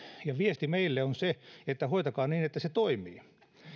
ja viesti meille on se että hoitakaa niin että se toimii